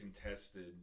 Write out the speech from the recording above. Contested